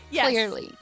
Clearly